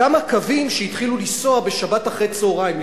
כמה קווים שהתחילו לנסוע בשבת אחר-הצהריים,